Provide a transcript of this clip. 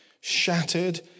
shattered